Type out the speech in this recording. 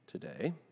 today